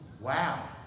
Wow